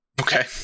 Okay